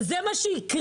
זה מה שיקרה.